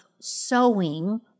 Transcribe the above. sewing